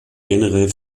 generell